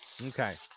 okay